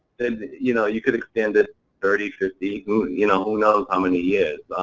then you know you could extend it thirty, fifty, who you know knows how many years.